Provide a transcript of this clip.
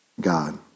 God